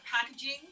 packaging